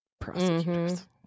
prosecutors